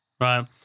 right